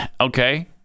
Okay